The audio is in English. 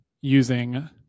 using